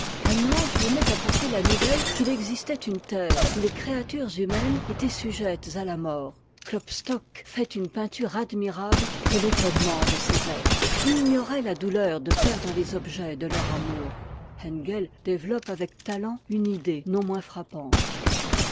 un ange venait apporter la nouvelle qu'il existait une terre où les créatures humaines étaient sujettes à la mort klopstock fait une peinture admirable de t'étonnement de ces êtres qui ignoraient la douleur de perdre les objets de leur amour engel développe avec talent une idée non moins frappante